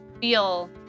feel